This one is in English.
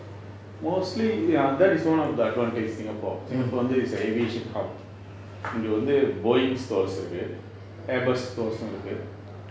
mostly ya that is one of the advantage singapore singapore வந்து:vanthu is a aviation hub இது வந்து:ithu vanthu Boeing course இருக்கு:iruku Airbus course இருக்கு:iruku